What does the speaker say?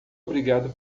obrigado